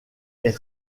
est